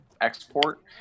export